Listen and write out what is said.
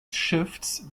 shifts